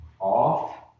off